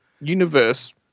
universe